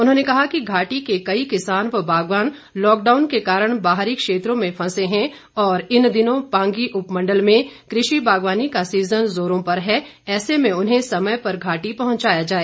उन्होंने कहा कि घाटी के कई किसान व बागवान लॉकडाउन के कारण बाहरी क्षेत्रों में फंसे हैं और इन दिनों पांगी उपमंडल में कृषि बागवानी का सीजन जोरों पर है ऐसे में उन्हें समय पर घाटी पहुंचाया जाए